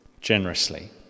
generously